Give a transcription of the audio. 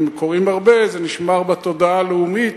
ואם קוראים הרבה זה נשמר בתודעה הלאומית.